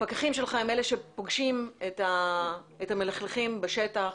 הפקחים שלך הם אלה שפוגשים את המלכלכים בשטח.